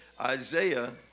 Isaiah